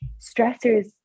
stressors